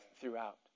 throughout